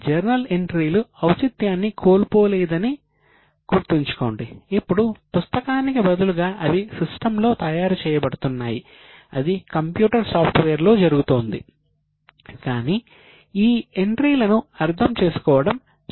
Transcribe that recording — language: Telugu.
జర్నల్ ఎంట్రీ లో తయారు చేయబడుతున్నాయి అది కంప్యూటర్ సాఫ్ట్వేర్ లో జరుగుతోంది కానీ ఈ ఎంట్రీలను అర్థం చేసుకోవడం చాలా ముఖ్యం